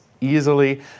easily